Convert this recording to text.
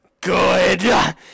Good